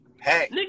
hey